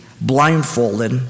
blindfolded